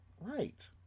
Right